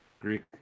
Greek